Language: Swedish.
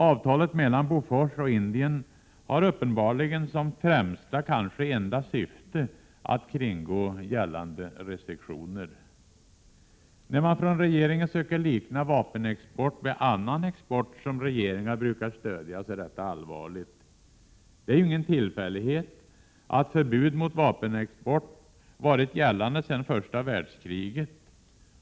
Avtalet mellan Bofors och Indien har uppenbarligen som främsta, och kanske enda, syfte att kringgå gällande restriktioner. När man från regeringen söker likna vapenexport vid annan export, som regeringar brukar stödja, är detta allvarligt. Det är ju ingen tillfällighet att förbud mot vapenexport varit gällande sedan första världskriget.